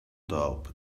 doubt